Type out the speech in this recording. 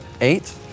eight